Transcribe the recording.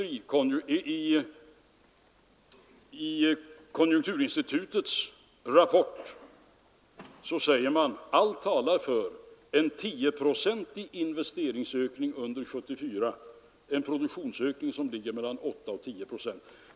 I konjunkturinstitutets rapport säger man att allt talar för en 10-procentig investeringsökning under 1974 och en produktionsökning på mellan 8 och 10 procent.